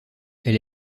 elle